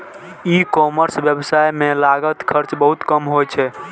ई commerce व्यवसाय मे लागत खर्च बहुत कम होइ छै